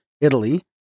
Italy